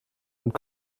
und